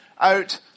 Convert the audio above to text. out